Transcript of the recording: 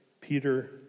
Peter